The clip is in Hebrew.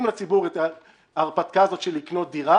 לציבור את ההרפתקה של לקנות דירה,